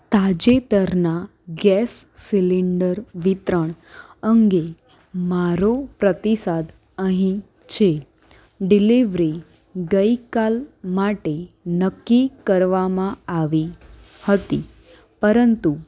તાજેતરનાં gas cylinder વિતરણ અંગે મારો પ્રતિસાદ અહીં છે ડિલિવ્રી ગઈકાલ માટે નક્કી કરવામાં આવી હતી પરંતુ